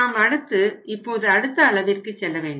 நாம் அடுத்து இப்போது அடுத்த அளவிற்கு செல்ல வேண்டும்